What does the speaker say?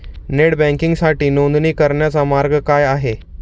Net बँकिंगसाठी नोंदणी करण्याचा मार्ग काय आहे?